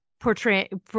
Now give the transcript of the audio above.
portraying